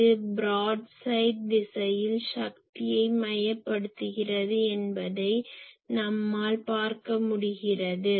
இது broad side broad side பரந்த பக்க திசையில் சக்தியை மையப்படுத்துகிறது என்பதை நம்மால் பார்க்க முடிகிறது